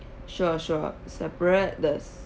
sure sure separate the s~